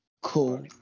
Cool